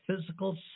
physical